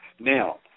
Now